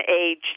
age